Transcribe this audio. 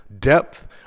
depth